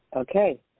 Okay